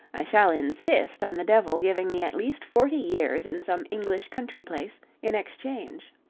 i shall insist on the devil giving me at least forty years in some english country place in exchange.